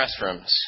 restrooms